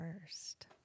first